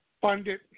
funded